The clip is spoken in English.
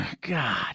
God